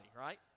right